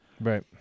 Right